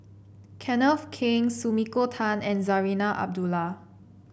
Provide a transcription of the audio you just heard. Kenneth Keng Sumiko Tan and Zarinah Abdullah